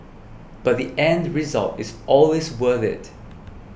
but the end result is always worth it